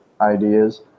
ideas